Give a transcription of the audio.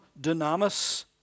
dynamis